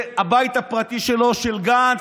והבית הפרטי שלו, של גנץ,